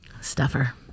Stuffer